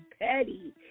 petty